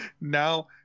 Now